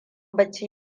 bacci